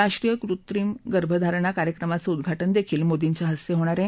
राष्ट्रीय कृत्रिम गर्भ धारणा कार्यक्रमाचं उदघाटन देखील मोदींच्या हस्ते होणार आहे